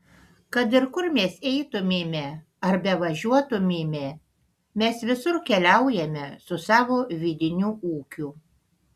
kad ir kur mes eitumėme ar bevažiuotumėme mes visur keliaujame su savo vidiniu ūkiu